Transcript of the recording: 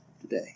today